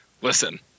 listen